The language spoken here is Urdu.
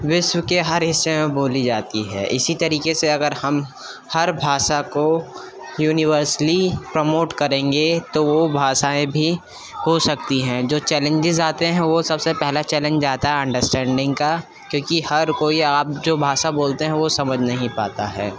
وشو کے ہر حصے میں بولی جاتی ہے اسی طریقے سے اگر ہم ہر بھاشا کو یونیورسلی پرموٹ کریں گے تو وہ بھاشائیں بھی ہو سکتی ہیں جو جیلینجز آتے ہیں وہ سب سے پہلا چیلینج آتا ہے انڈراسٹینڈنگ کا کیونکہ ہر کوئی آپ جو بھاشا بولتے ہیں وہ سمجھ نہیں پاتا ہے